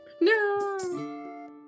No